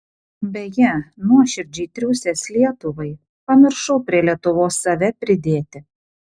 beje nuoširdžiai triūsęs lietuvai pamiršau prie lietuvos save pridėti